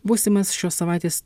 būsimas šios savaitės